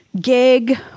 gig